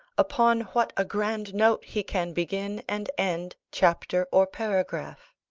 upon what a grand note he can begin and end chapter or paragraph!